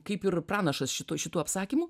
kaip ir pranašas šitų šitų apsakymų